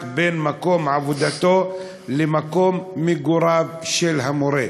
בין מקום עבודתו לבין מקום מגוריו של המורה?